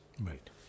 Right